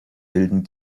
wilden